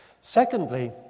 Secondly